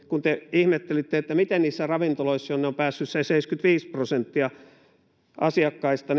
kun te ihmettelitte miten niissä ravintoloissa jonne on päässyt se seitsemänkymmentäviisi prosenttia asiakkaista